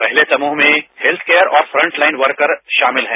पहले समूह में हैल्थ केयर और फ्रंट लाइन वर्कर शामिल हैं